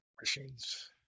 machines